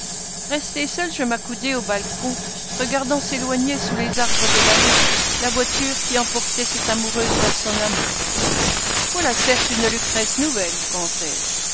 resté seul je m'accoudai au balcon regardant s'éloigner sous les arbres de l'allée la voiture qui emportait cette amoureuse vers son amour voilà certes une lucrèce nouvelle pensai-je